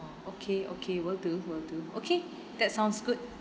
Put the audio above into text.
oh okay okay will do will do okay that sounds good